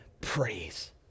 praise